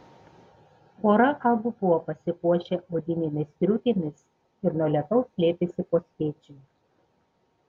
pora abu buvo pasipuošę odinėmis striukėmis ir nuo lietaus slėpėsi po skėčiu